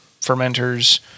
fermenters